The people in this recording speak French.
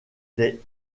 des